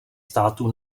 států